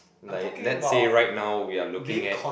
like let's say right now we are looking at